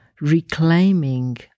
reclaiming